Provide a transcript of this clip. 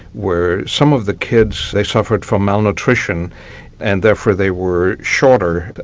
where some of the kids they suffered from malnutrition and therefore they were shorter,